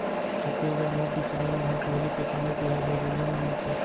छत्तीसगढ़ म किसान मन ह पहिली किसानी तिहार हरेली मनाथे